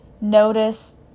Notice